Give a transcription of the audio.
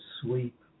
sweep